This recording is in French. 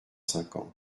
cinquante